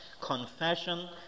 confession